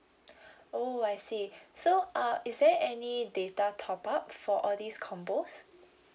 oh I see so uh is there any data top up for all these combos